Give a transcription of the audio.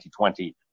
2020